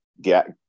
get